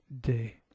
day